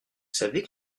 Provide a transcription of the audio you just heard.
savez